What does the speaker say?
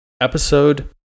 Episode